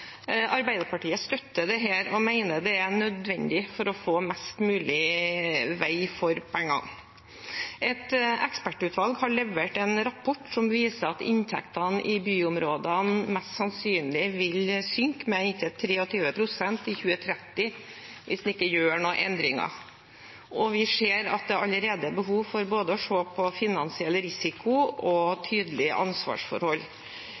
Arbeiderpartiet støtter dette, og mener det er nødvendig for å få mest mulig vei for pengene. Et ekspertutvalg har levert en rapport som viser at inntektene i byområdene mest sannsynlig vil synke med inntil 23 pst. i 2030 hvis en ikke gjør noen endringer. Vi ser at det allerede er behov for å se på både finansiell risiko og tydelige ansvarsforhold.